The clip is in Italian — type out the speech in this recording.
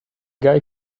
guy